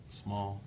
small